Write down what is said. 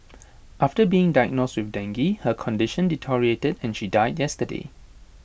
after being diagnosed with dengue her condition deteriorated and she died yesterday